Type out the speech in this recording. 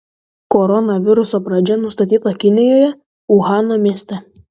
koronaviruso pradžia nustatyta kinijoje uhano mieste